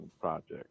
Project